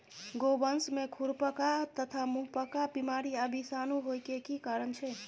गोवंश में खुरपका तथा मुंहपका बीमारी आ विषाणु होय के की कारण छै?